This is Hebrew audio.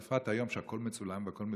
בפרט שהיום הכול מצולם והכול מתועד,